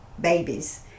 babies